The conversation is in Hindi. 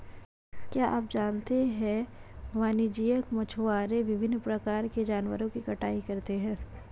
क्या आप जानते है वाणिज्यिक मछुआरे विभिन्न प्रकार के जानवरों की कटाई करते हैं?